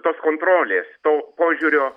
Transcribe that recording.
tos kontrolės to požiūrio